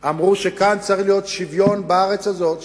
אמרו שכאן צריך להיות שוויון בארץ הזאת,